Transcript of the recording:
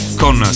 con